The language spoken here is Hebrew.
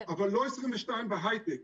אבל לא 22% בהיי-טק.